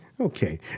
Okay